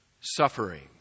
suffering